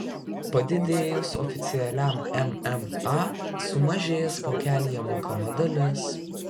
padidėjus oficialiam mma sumažės vokelyje mokama dalis